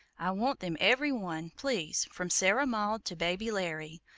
i want them every one, please, from sarah maud to baby larry.